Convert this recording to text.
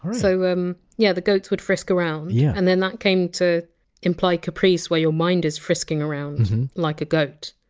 um so yeah the goats would frisk around, yeah and then that came to imply caprice, where your mind is frisking around like a goat.